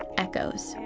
echoes.